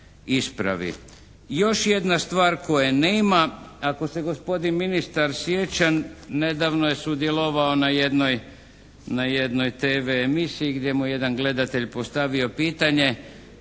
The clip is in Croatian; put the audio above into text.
Još jedna stvar koje nema. Ako se gospodin ministar sjeća, nedavno je sudjelovao na jednoj TV emisiji gdje mu je jedan gledatelj postavio pitanje.